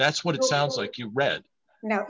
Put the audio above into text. that's what it sounds like you read now